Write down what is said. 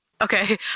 Okay